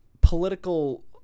political